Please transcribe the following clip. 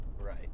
Right